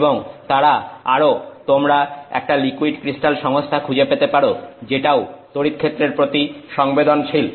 এবং তারা আরও তোমরা একটা লিকুইড ক্রিস্টাল সংস্থা খুঁজে পেতে পারো যেটাও তড়িৎক্ষেত্রের প্রতি সংবেদনশীল